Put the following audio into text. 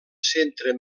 centre